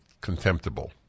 contemptible